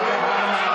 נכשלת בענק.